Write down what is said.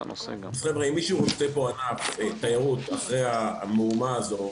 ובכן אם מישהו רוצה ענף תיירות אחרי המהומה הזאת,